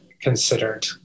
considered